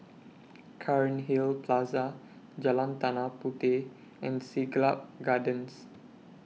Cairnhill Plaza Jalan Tanah Puteh and Siglap Gardens